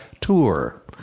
tour